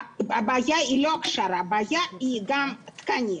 הבעיה היא לא הכשרה אלא גם תקנים.